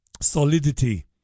solidity